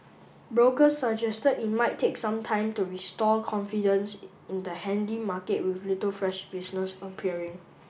brokers suggested it might take some time to restore confidence in the handy market with little fresh business appearing